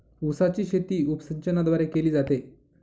उसाची शेती उपसिंचनाद्वारे केली जाते